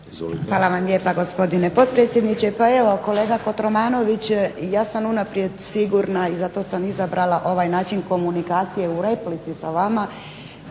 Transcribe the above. Hvala vam lijepa gospodine potpredsjedniče. Pa evo kolega Kotromanović, ja sam unaprijed sigurna i zato sam izabrala ovaj način komunikacije u replici sa vama,